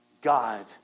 God